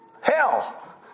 hell